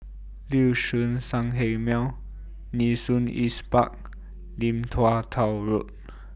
Liuxun Sanhemiao Nee Soon East Park and Lim Tua Tow Road